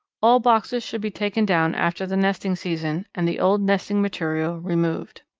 all boxes should be taken down after the nesting season and the old nesting material removed.